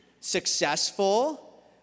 successful